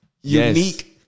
unique